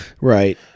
Right